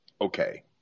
Okay